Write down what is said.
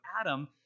Adam